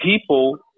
people